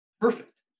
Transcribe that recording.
perfect